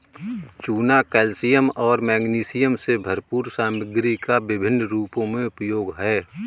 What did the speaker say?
चूना कैल्शियम और मैग्नीशियम से भरपूर सामग्री का विभिन्न रूपों में उपयोग है